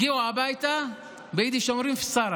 הגיעו הביתה, וביידיש אומרים פסארה: